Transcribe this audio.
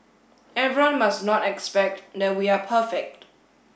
everyone must not expect that we are perfect